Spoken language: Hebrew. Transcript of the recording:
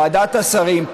ועדת השרים,